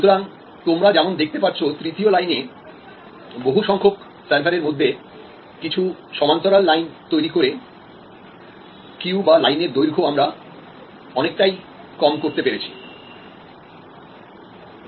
সুতরাং তোমরা যেমন দেখতে পারছ তৃতীয় লাইনে বহুসংখ্যক সার্ভারের মধ্যে কিছু সমান্তরাল লাইন তৈরি করে কিউ এর দৈর্ঘ্য আমরা অনেকটাই কম করতে পারি